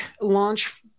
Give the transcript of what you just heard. launch